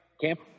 camp